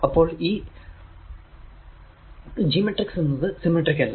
അപ്പോൾ ഈ എന്നത് സിമെട്രിക് അല്ല